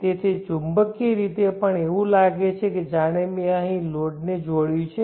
તેથી ચુંબકીય રીતે પણ એવું લાગે છે કે જાણે મેં અહીં લોડને જોડ્યું છે